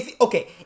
Okay